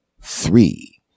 three